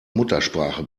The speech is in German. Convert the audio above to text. muttersprache